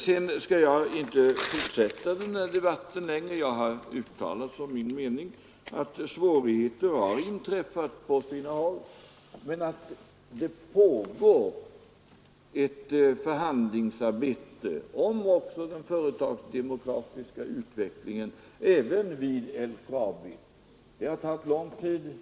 Sedan skall jag inte fortsätta den här debatten längre. Jag har uttalat som min mening att svårigheter har uppstått på sina håll men att det pågår förhandlingar om den företagsdemokratiska utvecklingen även vid LKAB. Det har tagit lång tid.